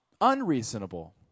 unreasonable